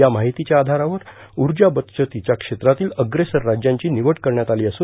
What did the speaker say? या माहितीच्या आघारावर ऊर्जा बक्तीच्या क्षेत्रातील अप्रेसर राज्यांची निवड करण्यात आली असून